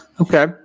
Okay